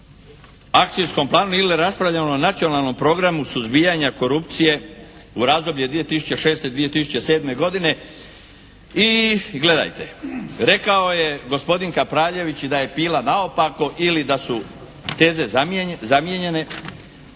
akcijskom planu ili raspravljali o Nacionalnom programu suzbijanja korupcije u razdoblje 2006., 2007. godine i gledajte. Rekao je gospodin Kapraljević i da je bila naopako ili da su teze zamijenjene.